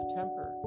temper